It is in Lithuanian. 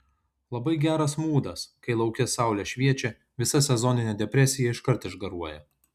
labai geras mūdas kai lauke saulė šviečia visa sezoninė depresija iškart išgaruoja